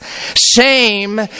Shame